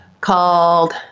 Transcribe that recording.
called